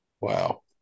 Wow